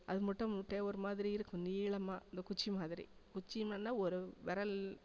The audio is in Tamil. அது மட்டும் நீட்டாக ஒரு மாதிரி இருக்கும் நீளமாக இந்த குச்சி மாதிரி குச்சினோன்னா ஒரு விரல்